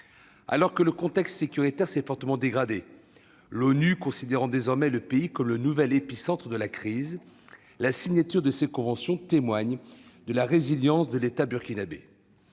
Alors que le contexte sécuritaire s'est fortement dégradé- l'ONU considérant désormais le pays comme le nouvel épicentre de la crise -, la signature de ces conventions témoigne de la résilience de l'État burkinabé.